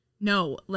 No